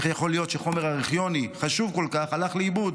ואיך יכול להיות שחומר ארכיוני חשוב כל כך הלך לאיבוד.